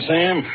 Sam